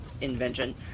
invention